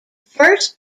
first